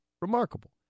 Remarkable